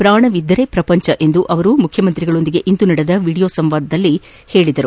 ಪ್ರಾಣವಿದ್ದರೇ ಪ್ರಪಂಚ ಎಂದು ಅವರು ಮುಖ್ಯಮಂತ್ರಿಗಳೊಂದಿಗೆ ಇಂದು ನಡೆದ ವಿಡಿಯೋ ಸಂವಾದದಲ್ಲಿ ಹೇಳಿದ್ದಾರೆ